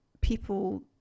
people